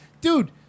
dude